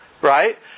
right